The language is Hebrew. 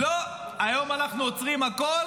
היום אנחנו עוצרים הכול,